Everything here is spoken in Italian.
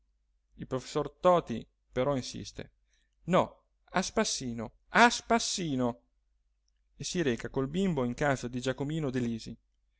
il professor toti però insiste no a spassino a spassino e si reca col bimbo in casa di giacomino delisi